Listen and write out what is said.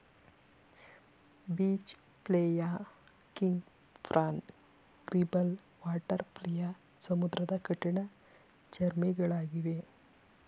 beach flea, king prawn, gribble, water flea ಸಮುದ್ರದ ಕಠಿಣ ಚರ್ಮಿಗಳಗಿವೆ